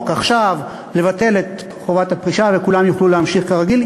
עכשיו לבטל את חובת הפרישה וכולם יוכלו להמשיך כרגיל.